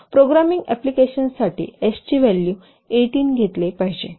programming अप्लिकेशन्ससाठी एसचे value 18 घेतले पाहिजे